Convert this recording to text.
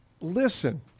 listen